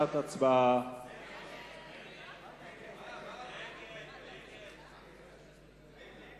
קבוצת סיעת חד"ש וחבר הכנסת טלב אלסאנע